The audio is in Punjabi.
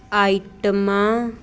ਆਈਟਮਾਂ